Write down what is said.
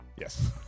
Yes